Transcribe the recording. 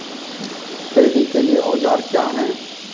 Paddy के लिए औजार क्या हैं?